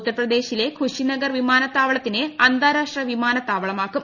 ഉത്തർപ്രദേശിലെ ഖുശിനഗർ വിമാന ത്താവളത്തിനെ അന്താരാഷ്ട്ര വിമാനത്താവളമാക്കും